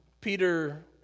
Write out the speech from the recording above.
Peter